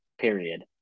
period